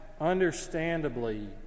understandably